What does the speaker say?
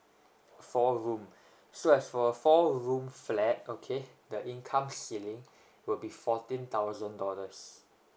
four room so as for a four room flat okay the income ceiling will be fourteen thousand dollars